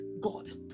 God